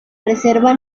reserva